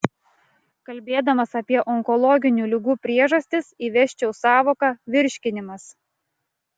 kalbėdamas apie onkologinių ligų priežastis įvesčiau sąvoką virškinimas